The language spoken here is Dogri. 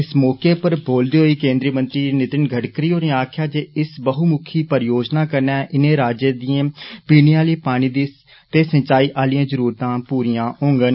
इस मौके उप्पर बोलदे होई केन्द्रीय मंत्री नितिन गड़करी होरें आकखेआ जे इस बहू मुखी परियोजना कन्नै इनें राज्यें दिएं पीने आले पानी ते सिच्चाई आलियां जरुरतां पूरियां होंगन